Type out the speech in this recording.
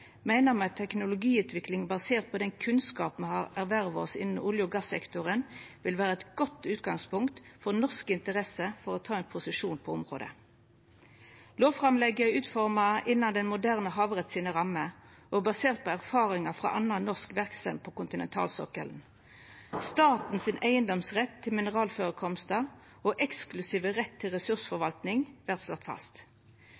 meiner me at teknologiutvikling basert på den kunnskapen me har erverva oss innan olje- og gassektoren, vil vera eit godt utgangspunkt for norske interesser til å ta ein posisjon på området. Lovframlegget er utforma innanfor rammene av den moderne havretten og er basert på erfaringar frå anna norsk verksemd på kontinentalsokkelen. Staten sin eigedomsrett til mineralførekomstar og eksklusive rett til